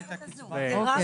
לא במסגרת הזו, זה רק לקשישים.